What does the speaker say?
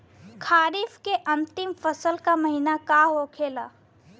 खरीफ के अंतिम फसल का महीना का होखेला?